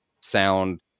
sound